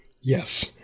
Yes